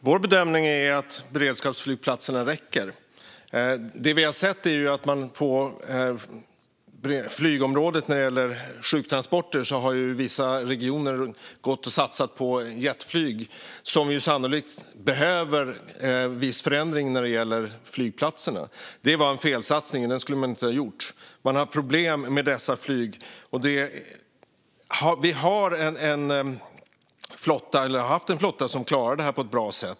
Fru talman! Vår bedömning är att antalet beredskapsflygplatser räcker. Det vi sett på flygområdet när det gäller sjuktransporter är att vissa regioner har gått och satsat på jetflyg, som sannolikt kräver viss förändring när det gäller flygplatserna. Det var en felsatsning; så skulle man inte ha gjort. Man har problem med dessa flyg. Vi har en flotta som klarat det här på ett bra sätt.